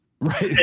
right